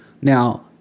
Now